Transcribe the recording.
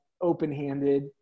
open-handed